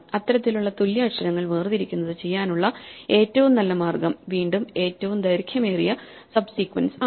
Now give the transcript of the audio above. ഇത്തരത്തിലുള്ള തുല്യ അക്ഷരങ്ങൾ വേർതിരിക്കുന്നത് ചെയ്യാനുള്ള ഏറ്റവും നല്ല മാർഗം വീണ്ടും ഏറ്റവും ദൈർഘ്യമേറിയ സബ് സീക്വൻസ് ആണ്